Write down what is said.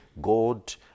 God